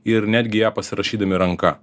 ir netgi ją pasirašydami ranka